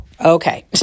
Okay